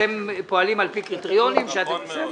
אתם פועלים על פי קריטריונים, בסדר.